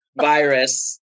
virus